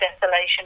desolation